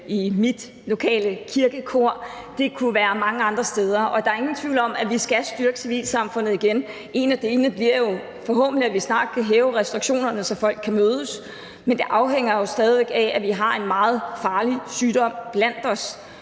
i mit lokale kirkekor, og det kunne være mange andre steder. Og der er ingen tvivl om, at vi skal styrke civilsamfundet igen. En del af det bliver jo forhåbentlig, at vi snart kan hæve restriktionerne, så folk kan mødes, men det afhænger jo af, om vi stadig væk har en meget farlig sygdom blandt os.